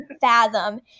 fathom